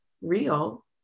real